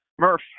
Murph